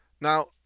Now